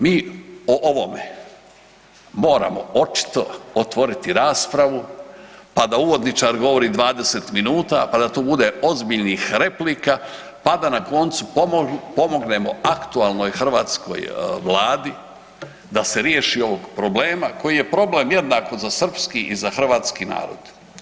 Mi o ovome moramo očito otvoriti raspravu pa da uvodničar govori 20 minuta pa da tu bude ozbiljnih replika pa da na koncu pomognemo aktualnoj hrvatskoj Vladi da se riješi ovog problema koji je problem jednako za srpski i za hrvatski narod.